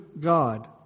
God